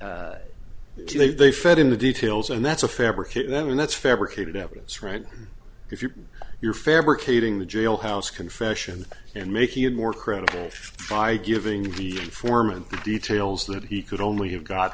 to the they fed in the details and that's a fabrication then and that's fabricated evidence right if you're you're fabricating the jailhouse confession and making it more credible by giving the informant details that he could only